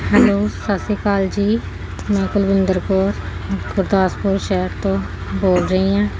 hello Sat Shri Akal ji ਮੈਂ ਕੁਲਵਿੰਦਰ ਕੌਰ ਗੁਰਦਾਸਪੁਰ ਸ਼ਹਿਰ ਤੋਂ ਬੋਲ ਰਹੀ ਹਾਂ